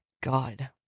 God